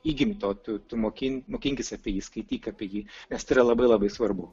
įgimto tu tu mokin mokinkis apie jį skaityk apie jį nes tai yra labai labai svarbu